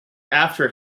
after